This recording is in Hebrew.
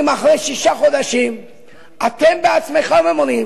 אם אחרי שישה חודשים אתם עצמכם אומרים